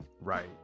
right